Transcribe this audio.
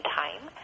time